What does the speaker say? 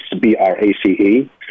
B-R-A-C-E